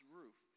roof